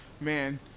man